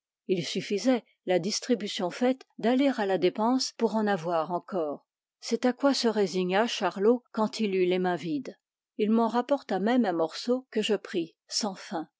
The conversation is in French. il suffisait la distribution faite d'aller à la dépense pour en avoir encore c'est à quoi se résigna charlot quand il eut les mains vides il m'en rapporta même un morceau que je pris sans faim